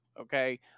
okay